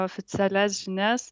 oficialias žinias